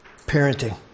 parenting